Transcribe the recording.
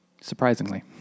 Surprisingly